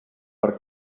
per